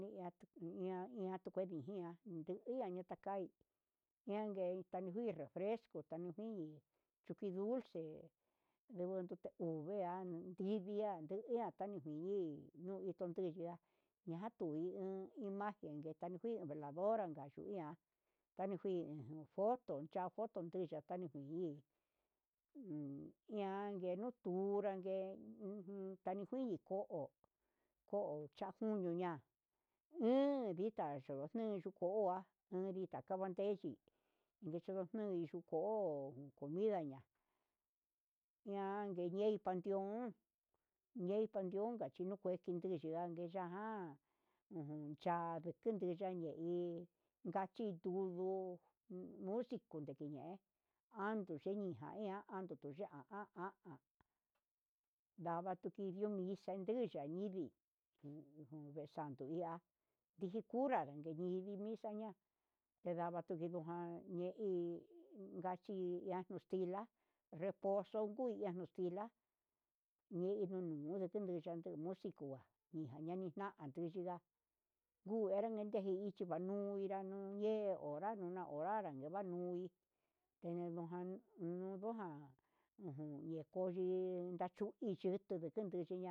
Ñia tukui iha iha tukue ndijia undukanuu takai yenke tanikui refresco tanijen chikui dulce, ndigui tuke ndi ian ndeian taniji nuu itu tun ya'a ñajan kuniiin imagen ndetakuin veladora no hi ian jani ndijoto cha'a koto kuii chata niguii uun ian niñutunrá nguen nutunran ngue hu nutani kui jó'o, jo jochatuñu ña'a iin dita yoxni ko'a nunrita jan nurita kavandee echi nikui nukui ñuu ko'o ñidanmen iha yayen kuandiun ndo'o yenka yunka chinuu kué yukenyu kendi cha'an jan u uun chan yindahi yandituu, musico ndue an cheninga an chianduu ndu ya'a, ndava tukidiomi ndiguu yende nuña ñindi nine sandu iha ndiji kunra ningui misa ña ndedava tukinuján, ñei ndachí yachiian ngaxtila'a oxon uya'a kaxtila nidiu uyan yunduu musico nanigan nduu ngastila nguu enran duji nunanu, nuu inran gue unran ha oranga nanuti ngue, nujan nunujan nenguo ndii achu vichutu yenduyi.